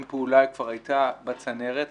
אם פעולה כבר הייתה בצנרת,